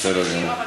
קשר ישיר.